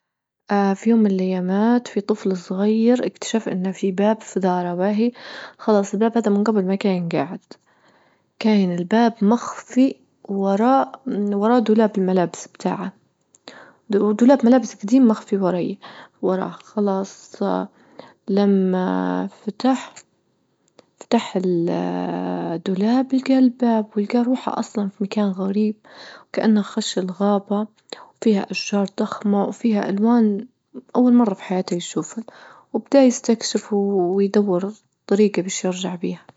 اه في يوم من الأيامات في طفل صغير أكتشف أن في باب في داره باهي، خلاص الباب هدا من جبل ما كان جاعد، كان الباب مخفي وراء من وراه دولاب الملابس بتاعه ودولاب ملابس جديم مخفي وراي وراه، خلاص لما فتح فتح الدولاب لجا الباب والجاروحة أصلا في مكان غريب وكأنه خش الغابة وفيها أشجار ضخمة وفيها ألوان أول مرة في حياته يشوفها وبدأ يكشف ويدور بطريقة بيش يرجع بيها.